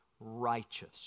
righteous